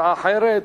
הצעה אחרת.